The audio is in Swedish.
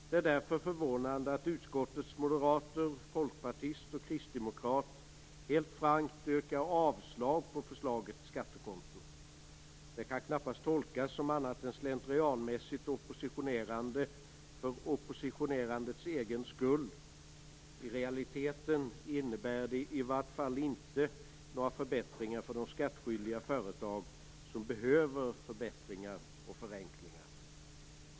Det är därför förvånande att utskottets moderater, folkpartist och kristdemokrat helt frankt yrkar avslag på förslaget till skattekonto. Den kan knappast tolkas som annat än slentrianmässigt oppositionerande för oppositionerandets egen skull. I realiteten innebär det i vart fall inte några förbättringar för de skattskyldiga företag som behöver förbättringar och förenklingar.